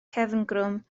cefngrwm